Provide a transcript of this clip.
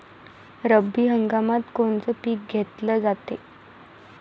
रब्बी हंगामात कोनचं पिक घेतलं जाते?